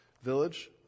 Village